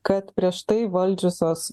kad prieš tai valdžiusios